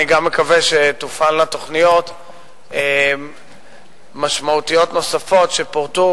אני גם מקווה שתופעלנה תוכניות משמעותיות נוספות שפורטו